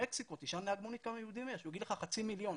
במקסיקו תשאל כמה יהודים יש הוא יגיד לך חצי מיליון.